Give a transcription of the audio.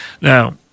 Now